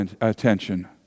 attention